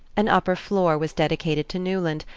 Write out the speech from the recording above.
an upper floor was dedicated to newland,